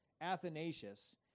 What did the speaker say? Athanasius